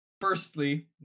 Firstly